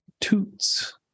Toots